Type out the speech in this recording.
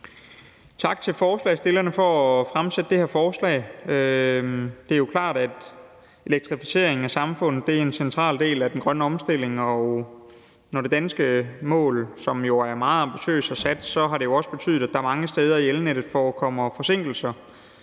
Tak til forslagsstillerne for at fremsætte det her forslag. Det er jo klart, at elektrificeringen af samfundet er en central del af den grønne omstilling, og det danske mål, som jo er meget ambitiøst sat, har også betydet, at der mange steder i elnettet forekommer forsinkelser.